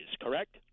correct